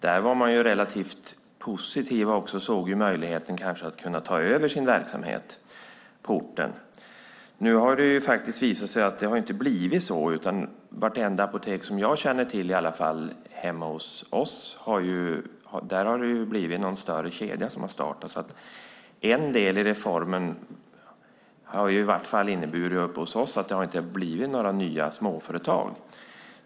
Där var man relativt positiv och såg kanske möjligheten att kunna ta över sin verksamhet på orten. Nu har de visat sig att det inte har blivit så. Vartenda apotek som jag känner till i varje fall hemma hos oss har startats av någon större kedja. Den delen av reformen har i varje fall uppe hos oss inneburit att det inte blivit några nya småföretag.